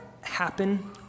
happen